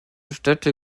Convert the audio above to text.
städte